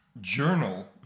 Journal